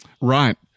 right